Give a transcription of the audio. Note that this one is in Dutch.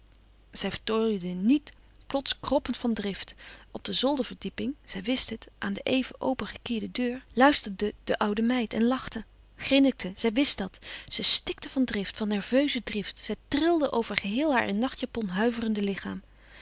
zij voltooide niet plots kroppend van drift op de zolderverdieping zij wist het aan de even open gekierde deur luisterde de oude meid en lachte grinnikte zij wist dat zij stikte van drift van nerveuze drift zij trilde over geheel haar in nachtjapon huiverende lichaam